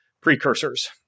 precursors